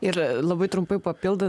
ir labai trumpai papildant